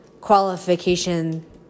qualification